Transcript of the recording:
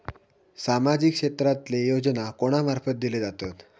सामाजिक क्षेत्रांतले योजना कोणा मार्फत दिले जातत?